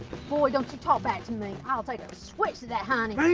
boy don't you talk back to me, i'll take a switch to that hiney.